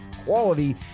quality